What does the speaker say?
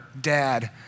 Dad